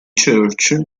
church